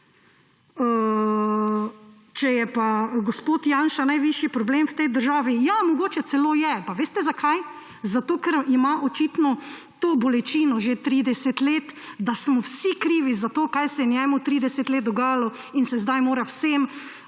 Če je pa gospod Janša najvišji problem v tej državi – ja, mogoče celo je! Pa veste, zakaj? Zato ker ima očitno to bolečino že 30 let, da smo vsi krivi za to, kaj se je njemu 30 let dogajalo, in se zdaj mora vsem